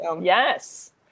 Yes